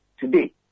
today